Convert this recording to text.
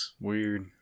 Weird